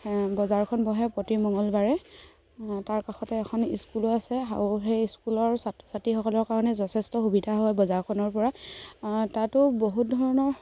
শে বজাৰখন বহে প্ৰতি মঙলবাৰে তাৰ কাষতে এখন স্কুলো আছে আৰু সেই স্কুলৰ ছাত্ৰ ছাত্ৰীসকলৰ কাৰণে যথেষ্ট সুবিধা হয় বজাৰখনৰ পৰা তাতো বহুত ধৰণৰ